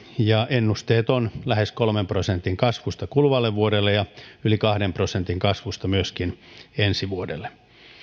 ja ennusteet on lähes kolmen prosentin kasvusta kuluvalle vuodelle ja yli kahden prosentin kasvusta myöskin ensi vuodelle